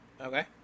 Okay